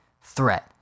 threat